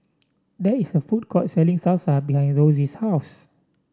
there is a food court selling Salsa behind Rosie's house